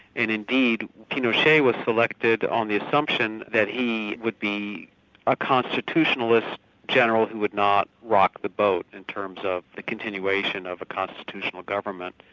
and indeed, pinochet was selected on the assumption that he would be a constitutionalist general who would not rock the boat, in terms of the continuation of a constitutional government,